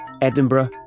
Edinburgh